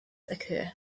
occur